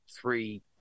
three